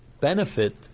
benefit